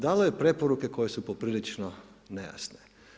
Dalo je preporuke koje su poprilično nejasne.